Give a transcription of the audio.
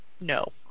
no